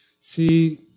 See